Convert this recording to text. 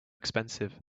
expensive